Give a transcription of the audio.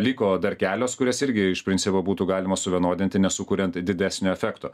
liko dar kelios kurias irgi iš principo būtų galima suvienodinti nesukuriant didesnio efekto